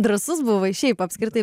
drąsus buvai šiaip apskritai